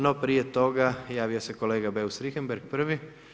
No, prije toga javio se kolega Beus Richembergh prvi.